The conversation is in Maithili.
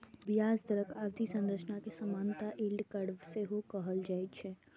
ब्याज दरक अवधि संरचना कें सामान्यतः यील्ड कर्व सेहो कहल जाए छै